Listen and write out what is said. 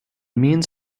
means